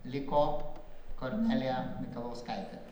liko kornelija mikalauskaitė